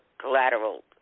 collateral